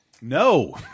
No